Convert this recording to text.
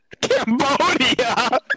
Cambodia